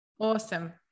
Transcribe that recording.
awesome